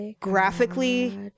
graphically